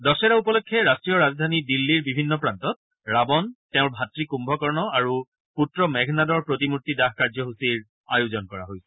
দশহেৰা উপলক্ষে ৰাষ্ট্ৰীয় ৰাজধানী দিল্লীৰ বিভিন্ন প্ৰান্তত ৰাৱণ তেওঁৰ ভাত় কুম্ভকৰ্ণ আৰু পুত্ৰ মোঘনাদৰ প্ৰতিমূৰ্তি দাহ কাৰ্যসূচীৰ আয়োজন কৰা হৈছে